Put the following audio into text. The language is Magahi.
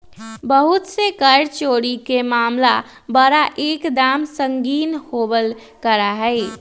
बहुत से कर चोरी के मामला बड़ा एक दम संगीन होवल करा हई